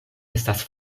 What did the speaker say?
estas